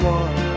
one